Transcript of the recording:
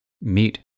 Meet